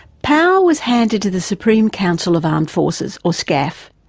power was handed to the supreme council of armed forces, or scaf,